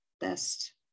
best